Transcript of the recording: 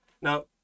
now